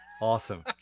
Awesome